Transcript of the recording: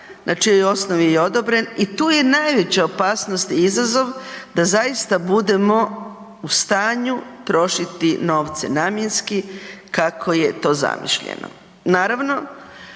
na čijoj osnovi je odobren i tu je najveća opasnost i izazov da zaista budemo u stanju trošiti novce namjenski kako je to zamišljeno. Naravno